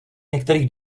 některých